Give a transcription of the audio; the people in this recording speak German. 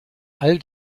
all